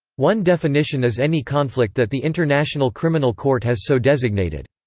one definition is any conflict that the international criminal court has so designated.